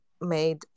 made